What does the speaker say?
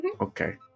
Okay